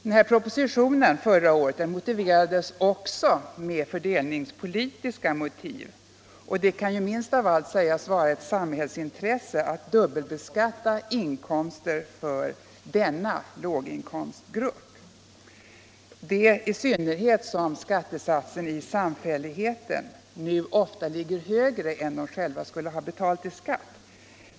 Propositionen förra året motiverades också med fördelningspolitiska motiv, men det kan ju minst av allt sägas vara ett samhällsintresse att dubbelbeskatta inkomster för denna låginkomstgrupp, i synnerhet som skattesatsen i samfälligheten ofta ligger högre än vad de själva skulle ha betalat i skatt.